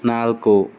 ನಾಲ್ಕು